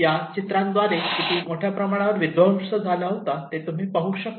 या चित्रांद्वारे किती मोठ्या प्रमाणावर विध्वंस झाला होता ते तुम्ही पाहू शकता